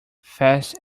fast